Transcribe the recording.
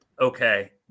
okay